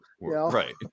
right